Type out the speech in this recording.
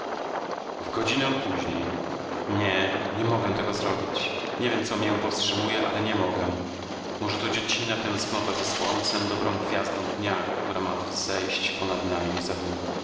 zmorą i ciężarem nie nie mogę tego zrobić nie wiem co mię powstrzymuje ale nie mogę może to dziecinna tęsknota za słońcem dobrą gwiazdą dnia które ma wzejść ponad nami niezadługo